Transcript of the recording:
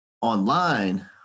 Online